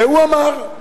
והוא אמר,